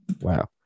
Wow